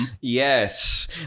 Yes